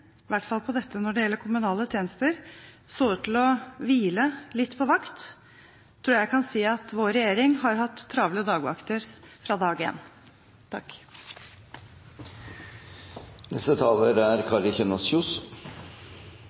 gjelder kommunale tjenester – så ut til å hvile litt på vakt, tror jeg jeg kan si at vår regjering har hatt travle dagvakter fra dag én. Representanten Kjersti Toppe tar opp en